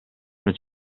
non